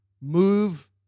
move